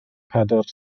pedr